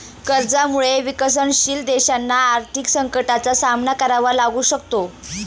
कर्जामुळे विकसनशील देशांना आर्थिक संकटाचा सामना करावा लागू शकतो